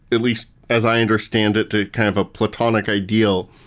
at least as i understand it to kind of a platonic ideal.